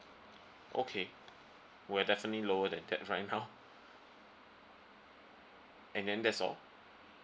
okay we are definitely lower than that right now and then that's all